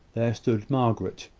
there stood margaret,